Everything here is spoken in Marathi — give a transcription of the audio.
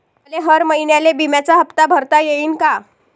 मले हर महिन्याले बिम्याचा हप्ता भरता येईन का?